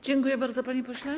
Dziękuję bardzo, panie pośle.